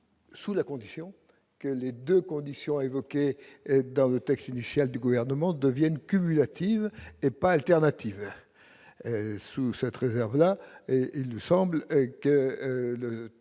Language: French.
Sous la condition que les 2 conditions évoquées dans le texte initial du gouvernement de Vienne cumulative et pas alternative, sous cette réserve là et il nous semble que le